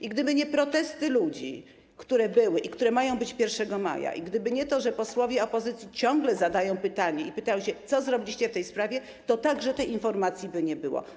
I gdyby nie protesty ludzi, które były i które mają być 1 maja, i gdyby nie to, że posłowie opozycji ciągle zadają pytania, pytają, co zrobiliście w tej sprawie, to tej informacji by nie było.